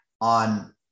on